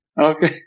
Okay